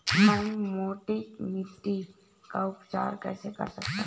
मैं मोटी मिट्टी का उपचार कैसे कर सकता हूँ?